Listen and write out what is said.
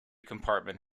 compartment